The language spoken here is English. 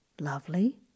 lovely